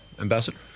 Ambassador